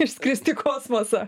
išskristi į kosmosą